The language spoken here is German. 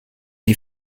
die